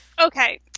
Okay